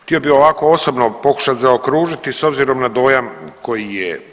Htio bi ovako osobno pokušat zaokružiti s obzirom na dojam koji je.